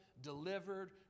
delivered